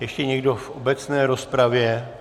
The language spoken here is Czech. Ještě někdo v obecné rozpravě?